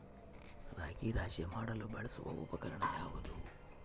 ರಾಗಿ ರಾಶಿ ಮಾಡಲು ಬಳಸುವ ಉಪಕರಣ ಯಾವುದು?